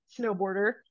snowboarder